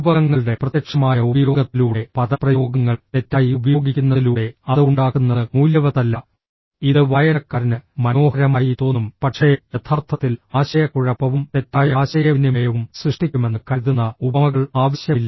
രൂപകങ്ങളുടെ പ്രത്യക്ഷമായ ഉപയോഗത്തിലൂടെ പദപ്രയോഗങ്ങൾ തെറ്റായി ഉപയോഗിക്കുന്നതിലൂടെ അത് ഉണ്ടാക്കുന്നത് മൂല്യവത്തല്ല ഇത് വായനക്കാരന് മനോഹരമായി തോന്നും പക്ഷേ യഥാർത്ഥത്തിൽ ആശയക്കുഴപ്പവും തെറ്റായ ആശയവിനിമയവും സൃഷ്ടിക്കുമെന്ന് കരുതുന്ന ഉപമകൾ ആവശ്യമില്ല